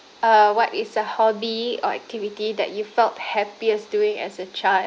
uh what is a hobby or activity that you felt happiest doing as a child